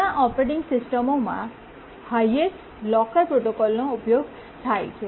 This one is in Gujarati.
ઘણા ઓપરેટિંગ સિસ્ટમોમાં હાયેસ્ટ લોકર પ્રોટોકોલનો ઉપયોગ થાય છે